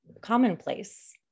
commonplace